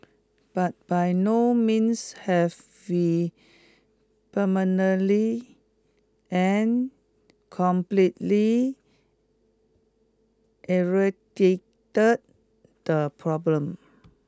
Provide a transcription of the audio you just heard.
but by no means have we permanently and completely eradicated the problem